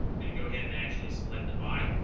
going to go ahead and actually select a buy